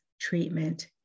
treatment